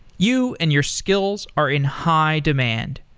you and your skills are in high demand.